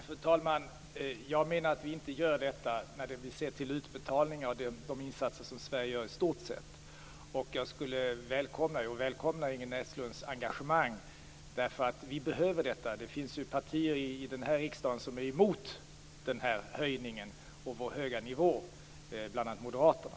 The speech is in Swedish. Fru talman! Jag menar att det inte är så om vi ser på de utbetalningar och insatser Sverige gör i stort. Jag välkomnar Ingrid Näslunds engagemang. Vi behöver det. Det finns partier i riksdagen som är emot höjningen och den nuvarande höga nivån - bl.a. Moderaterna.